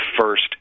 first